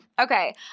okay